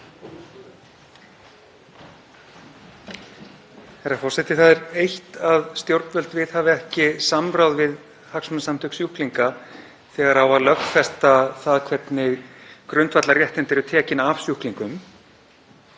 Það er eitt að stjórnvöld viðhafi ekki samráð við hagsmunasamtök sjúklinga þegar á að lögfesta það hvernig grundvallarréttindi eru tekin af sjúklingum.